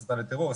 הסתה לטרור,